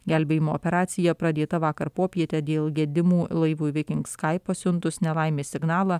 gelbėjimo operacija pradėta vakar popietę dėl gedimų laivui viking skai pasiuntus nelaimės signalą